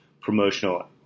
promotional